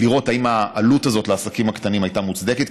לראות אם העלות הזאת לעסקים הקטנים הייתה מוצדקת,